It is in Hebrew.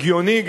גם הגיוני,